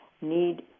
need